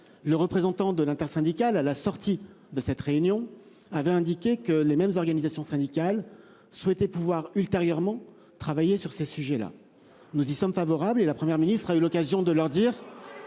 Le représentant de l'intersyndicale à la sortie de cette réunion avait indiqué que les mêmes organisations syndicales. Souhaité pouvoir ultérieurement travailler sur ces sujets là nous y sommes favorables et la Première ministre a eu l'occasion de leur dire.